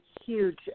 huge